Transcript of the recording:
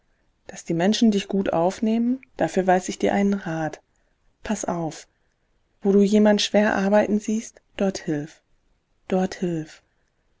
daß die menschen dich gut aufnehmen dafür weiß ich dir einen rat paß auf wo du jemand schwer arbeiten siehst dort hilf dort hilf